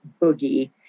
boogie